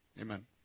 Amen